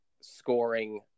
scoring